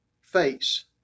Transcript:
face